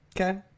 Okay